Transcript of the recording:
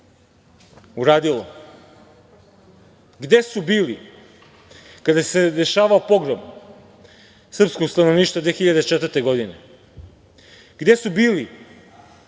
uradilo? Gde su bili kada se dešavao pogrom srpskog stanovništva 2004. godine? Gde su bili